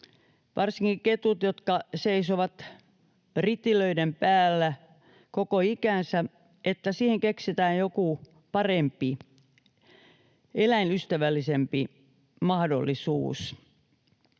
varsinkin ketuille, jotka seisovat ritilöiden päällä koko ikänsä, keksitään joku parempi, eläinystävällisempi mahdollisuus.